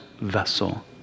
vessel